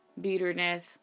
bitterness